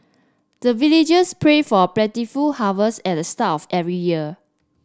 the villagers pray for plentiful harvest at the start of every year